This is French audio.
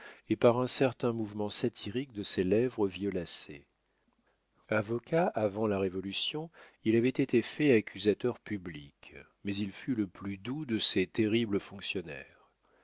et par un certain mouvement satirique de ses lèvres violacées avocat avant la révolution il avait été fait accusateur public mais il fut le plus doux de ces terribles fonctionnaires